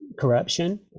corruption